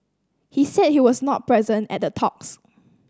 he said he was not present at the talks